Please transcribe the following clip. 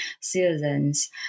citizens